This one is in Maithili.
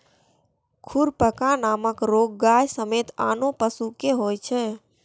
खुरपका नामक रोग गाय समेत आनो पशु कें होइ छै